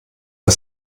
der